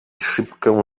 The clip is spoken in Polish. szybkę